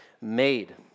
made